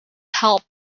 helped